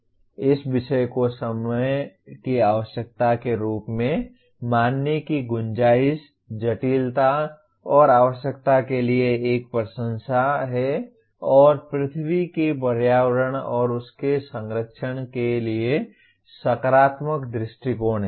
इस विषय को समय की आवश्यकता के रूप में मानने की गुंजाइश जटिलता और आवश्यकता के लिए एक प्रशंसा है और पृथ्वी के पर्यावरण और इसके संरक्षण के लिए सकारात्मक दृष्टिकोण है